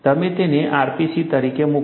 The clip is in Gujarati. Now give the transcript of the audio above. તમે તેને rpc તરીકે મૂકો